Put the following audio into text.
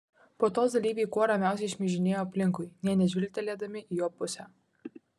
puotos dalyviai kuo ramiausiai šmižinėjo aplinkui nė nežvilgtelėdami į jo pusę